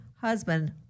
husband